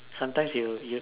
sometimes you you